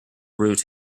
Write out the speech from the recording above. route